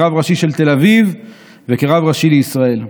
רב ראשי של תל אביב ורב ראשי לישראל.